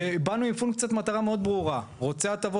וכאשר הם מקדמים תכנון מותאם לשכירות